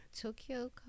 Tokyo